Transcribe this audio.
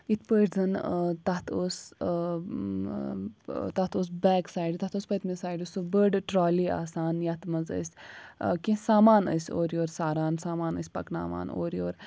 یِتھٕ پٲٹھۍ زَن تَتھ اوس تَتھ اوس بیک سایِڈٕ تَتھ اوس پٔتۍمہِ سایِڈٕ سُہ بٔڈ ٹرٛالِی آسان یَتھ منٛز أسۍ کیٚنٛہہ سامان ٲسۍ اورٕ یُور ساران سامان ٲسۍ پکٕناوان اورٕیور